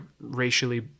racially